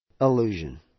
illusion